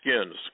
skins